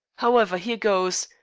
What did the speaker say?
however, here goes.